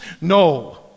No